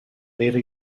vera